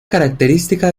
característica